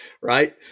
right